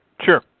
Sure